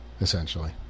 essentially